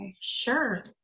Sure